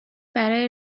برای